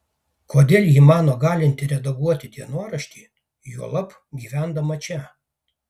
kodėl ji mano galinti redaguoti dienoraštį juolab gyvendama čia